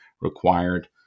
required